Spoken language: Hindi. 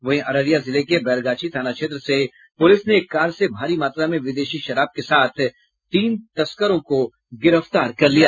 वहीं अररिया जिले के बैरगाछी थाना क्षेत्र से पुलिस ने एक कार से भारी मात्रा में विदेशी शराब के साथ तीन तस्करों को गिरफ्तार कर लिया